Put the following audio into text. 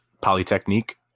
polytechnique